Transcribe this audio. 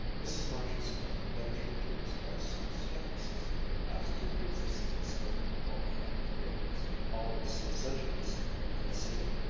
mrs. marshall-smith ventured to express some skepticism as to the existence of volcanic feelings always so sedulously concealed.